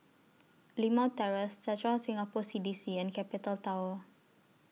Limau Terrace Central Singapore C D C and Capital Tower